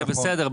זה בסדר,